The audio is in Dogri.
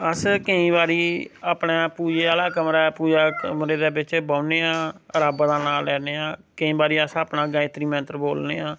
अस्स केईं बारी अपना पूजा आह्ला कमरा पूजा कमरे दे बिच बौह्ने आं रब्ब दा नां लैन्ने आं केईं बारी अस अपना गायत्री मंत्र बोलने आं